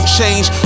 change